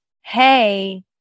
hey